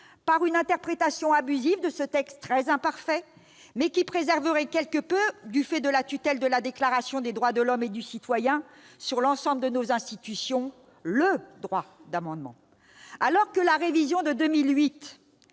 par une interprétation abusive de ce texte très imparfait, mais qui préserverait quelque peu, du fait de la tutelle de la Déclaration des droits de l'homme et du citoyen sur l'ensemble de nos institutions, le droit d'amendement. La révision de 2008